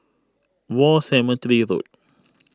War Cemetery Road